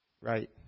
Right